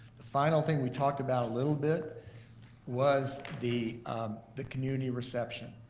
the final thing we talked about a little bit was the the community reception,